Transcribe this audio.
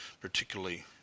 particularly